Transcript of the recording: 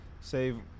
save